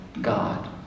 God